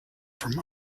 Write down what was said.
from